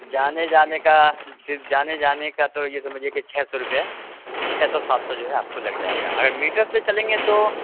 جانے جانے کا صرف جانے جانے کا تو یہ سمجھیے کہ چھ سو روپیہ چھ سو سات سو جو ہے آپ کو لگ جائے گا اگر میٹر سے چلیں گے تو